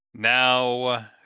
now